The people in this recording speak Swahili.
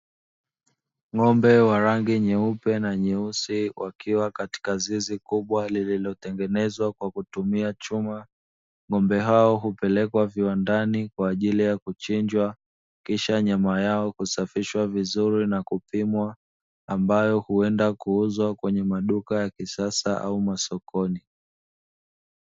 Ng'ombe wa rangi nyeupe na nyeusi wakiwa katika zizi kubwa lililotengenezwa kwa kutumia chuma. Ng'ombe hao hupelekwa viwandani kwa ajili ya kuchinjwa kisha nyama yao kusafishwa vizuri na kupimwa, ambayo huenda kuuzwa kwenye maduka ya kisasa au masokoni.